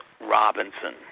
Robinson